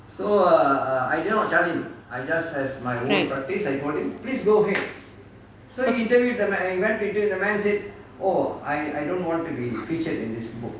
right